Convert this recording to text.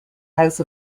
house